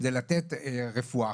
זה לתת רפואה.